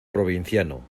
provinciano